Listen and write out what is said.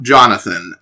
Jonathan